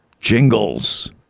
Jingles